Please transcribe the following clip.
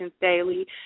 daily